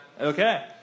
Okay